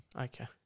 Okay